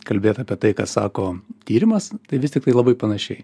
kalbėt apie tai ką sako tyrimas tai vis tiktai labai panašiai